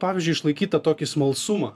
pavyzdžiui išlaikyt tą tokį smalsumą